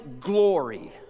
glory